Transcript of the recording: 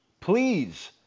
please